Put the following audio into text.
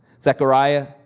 Zechariah